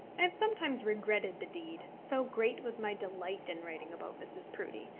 i have sometimes regretted the deed, so great was my delight in writing about mrs. proudie,